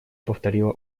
повторила